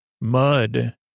mud